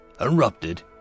erupted